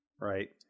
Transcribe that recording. right